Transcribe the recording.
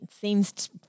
seems